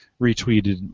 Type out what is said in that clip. retweeted